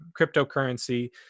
cryptocurrency